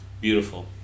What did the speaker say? Beautiful